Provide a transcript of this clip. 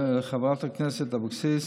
חברת הכנסת אבקסיס,